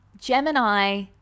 Gemini